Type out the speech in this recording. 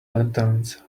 lanterns